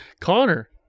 Connor